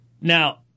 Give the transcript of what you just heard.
now